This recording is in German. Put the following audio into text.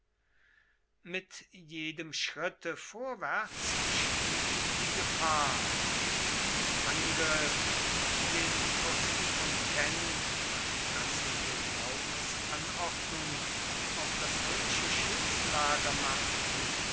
mit jedem schritte vorwärts stieg die gefahr und der angriff den die fürsten von kent nach cassivellaunus anordnung auf das römische schiffslager machten